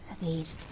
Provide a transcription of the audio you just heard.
these.